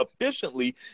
efficiently